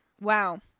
Wow